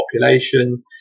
population